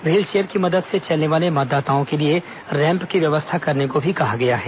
wheelchair की मदद से चलने वाले मतदाताओं के लिए रैम्प की व्यवस्था करने को भी कहा गया है